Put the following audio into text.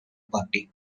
party